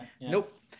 Nope